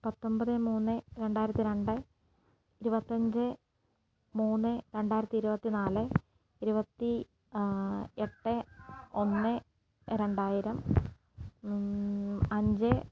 പത്തൊമ്പത് മൂന്ന് രണ്ടായിരത്തി രണ്ട് ഇരുപത്തഞ്ച് മൂന്ന് രണ്ടായിരത്തി ഇരുപത്തി നാല് ഇരുപത്തി എട്ട് ഒന്ന് രണ്ടായിരം അഞ്ച്